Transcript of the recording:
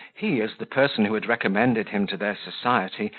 he, as the person who had recommended him to their society,